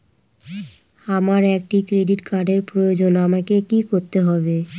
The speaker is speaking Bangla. আমার একটি ক্রেডিট কার্ডের প্রয়োজন আমাকে কি করতে হবে?